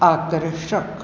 आकर्षक